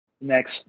next